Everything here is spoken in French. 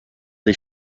des